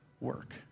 work